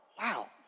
Wow